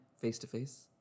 face-to-face